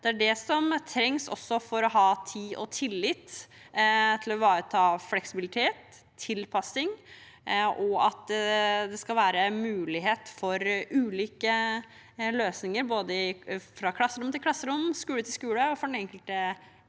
Det er det som trengs også for å ha tid og tillit til å ivareta fleksibilitet og tilpasning, og at det skal være mulighet for ulike løsninger, både fra klasserom til klasserom, fra skole til skole og for den enkelte